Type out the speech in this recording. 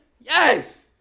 Yes